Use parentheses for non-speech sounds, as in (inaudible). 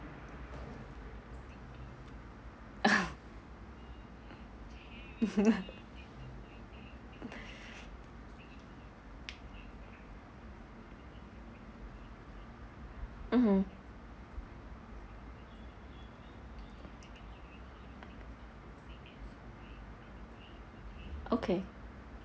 (laughs) mmhmm okay